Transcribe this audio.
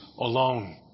alone